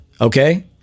Okay